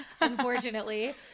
unfortunately